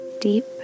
Deep